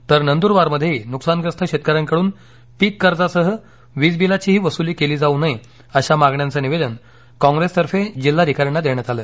तर नुंदरबारमध्येही नुकसानग्रस्त शेतकऱ्यांकडून पिक कर्जासह वीज बिलाचीही वसुली केली जाऊ नये अशा मागण्यांचं निवेदन कॉप्रेसतर्फे जिल्हाधिकाऱ्यांना देण्यात आल